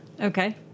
Okay